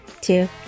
two